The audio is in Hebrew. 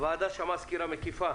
הוועדה שמעה סקירה מקיפה